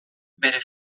bere